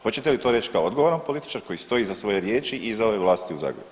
Hoćete li to reći kao odgovoran političar koji stoji iza svoje riječi i za ove vlasti u Zagrebu?